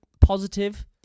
positive